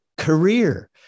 career